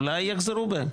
אולי יחזרו בהם.